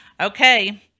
Okay